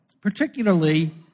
particularly